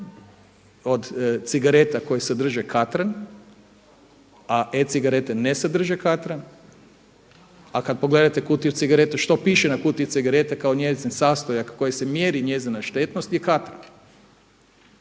od cigareta koje sadrže katran a e-cigarete ne sadrže katran? A kada pogledate kutiju cigareta što piše na kutiji cigareta kao njezin sastojak kojim se mjeri njezina štetnost je katran.